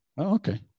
okay